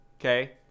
Okay